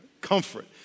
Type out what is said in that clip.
Comfort